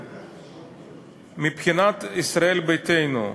מבחינת ישראל ביתנו,